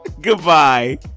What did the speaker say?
Goodbye